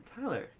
Tyler